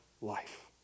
life